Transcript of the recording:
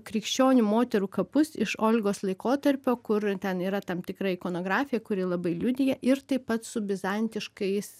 krikščionių moterų kapus iš olgos laikotarpio kur ten yra tam tikra ikonografija kuri labai liudija ir taip pat su bizantiškais